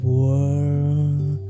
world